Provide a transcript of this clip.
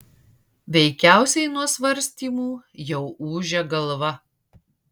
veikiausiai nuo svarstymų jau ūžia galva